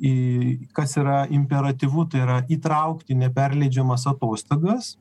į kas yra imperatyvu tai yra įtraukti neperleidžiamas atostogas